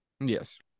Yes